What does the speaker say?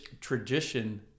tradition